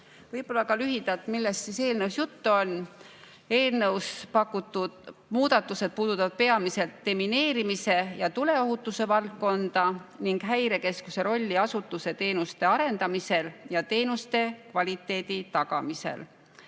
Võib-olla lühidalt ka sellest, millest eelnõus juttu on. Eelnõus pakutud muudatused puudutavad peamiselt demineerimise ja tuleohutuse valdkonda ning Häirekeskuse rolli asutuse teenuste arendamisel ja teenuste kvaliteedi tagamisel.